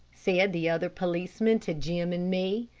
said the other policeman to jim and me.